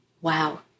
Wow